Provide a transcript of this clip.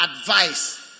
advice